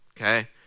okay